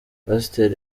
pasteur